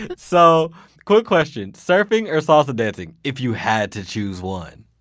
so quick question. surfing or salsa dancing, if you had to choose one?